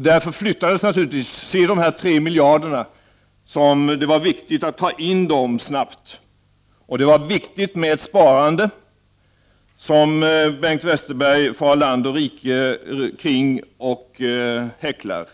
Därför var det viktigt att snabbt ta in de här 3 miljarderna, och det var viktigt med sparande — som Bengt Westerberg far land och rike kring och häcklar.